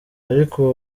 ariko